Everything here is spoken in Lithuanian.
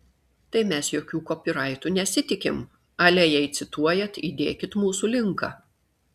tai mes jokių kopyraitų nesitikim ale jei cituojat įdėkit mūsų linką